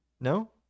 No